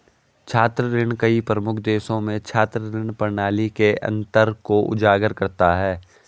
छात्र ऋण कई प्रमुख देशों में छात्र ऋण प्रणाली के अंतर को उजागर करता है